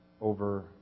over